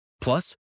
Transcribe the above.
Plus